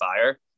fire